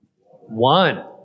One